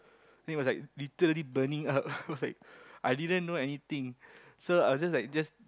then it was like literally burning up I was like I didn't know anything so I was just like just